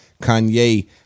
Kanye